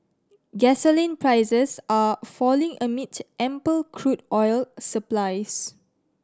gasoline prices are falling amid ample crude oil supplies